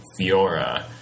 Fiora